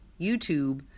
YouTube